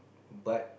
but